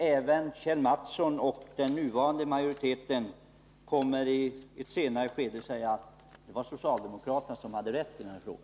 Även Kjell Mattsson och den nuvarande majoriteten kommer i ett senare skede att säga: Det var socialdemokraterna som hade rätt i den här frågan.